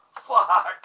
fuck